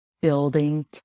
building